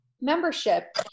membership